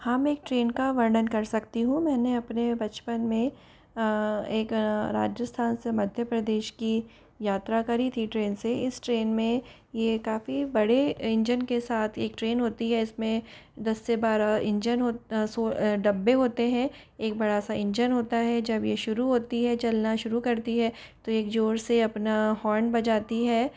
हाँ मैं एक ट्रेन का वर्णन कर सकती हूँ मैंने अपने बचपन में एक राजस्थान से मध्य प्रदेश की यात्रा करी थी ट्रेन से इस ट्रेन में ये काफ़ी बड़े इंजन के साथ एक ट्रेन होती है इसमें दस से बारह इंजन डिब्बे होते हैं एक बड़ा सा इंजन होता है जब यह शुरू होती है चलना शुरू करती है तो यह ज़ोर से अपना हॉर्न बजाती है